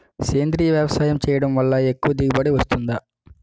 సేంద్రీయ వ్యవసాయం చేయడం వల్ల ఎక్కువ దిగుబడి వస్తుందా?